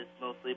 mostly